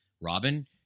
Robin